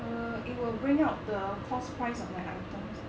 err it will bring up the cost price of my items